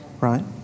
Right